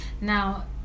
now